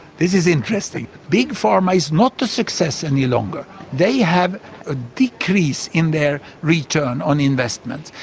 this is interesting. big pharma is not the success any longer. they have a decrease in their return on investment,